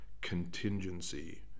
contingency